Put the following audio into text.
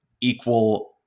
equal